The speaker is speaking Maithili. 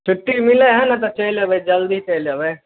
छुट्टी मिलै हइ ने तऽ चलि अएबै जल्दी चलि अएबै